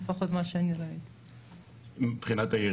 מבחינה דתית,